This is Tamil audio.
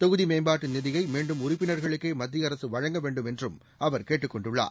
தொகுதி மேம்பாட்டு நிதியை மீண்டும் உறுப்பினா்களுக்கே மத்திய அரசு வழங்க வேண்டும் என்றும் அவர் கேட்டுக் கொண்டுள்ளார்